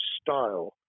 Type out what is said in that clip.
style